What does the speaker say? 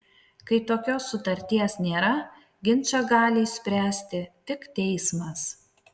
kai tokios sutarties nėra ginčą gali išspręsti tik teismas